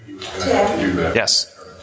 Yes